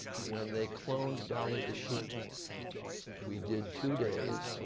when they cloned dolly the sheep we did two days, ah